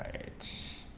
h